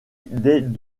des